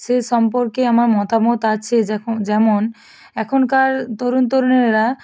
সে সম্পর্কে আমার মতামত আছে যখন যেমন এখনকার তরুণ তরুণীরা